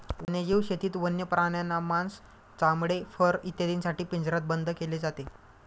वन्यजीव शेतीत वन्य प्राण्यांना मांस, चामडे, फर इत्यादींसाठी पिंजऱ्यात बंद केले जाते